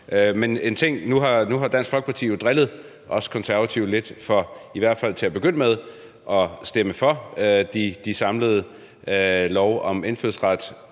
i blå blok. Nu har Dansk Folkeparti jo drillet os Konservative lidt for i hvert fald til at begynde med at stemme for de samlede lovforslag om indfødsrets